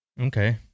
Okay